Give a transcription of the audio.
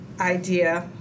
idea